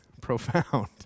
Profound